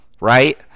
right